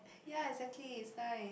ya exactly it's life